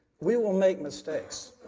we will make mistakes.